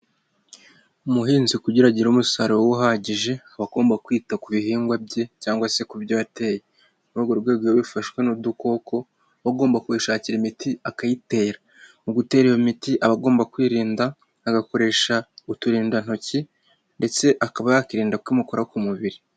Umuhinzi kugira agira umusaruro we uhagije, aba agomba kwita ku bihingwa bye cyangwa se ku byo yateye, ni muri urwo rwego iyo bifashshwe n'udukoko ugomba kuyishakira imiti akayitera mu gutera iyo miti agomba kwirinda, agakoresha uturindantoki ndetse akaba yakwirinda ko imukora ku mubiri.